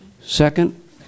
Second